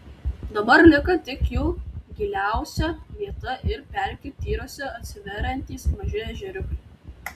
dabar liko tik jų giliausia vieta ir pelkių tyruose atsiveriantys maži ežeriukai